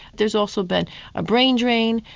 there's also been a brain drain,